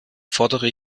fordere